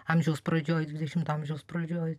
amžiaus pradžioj dvidešimto amžiaus pradžioj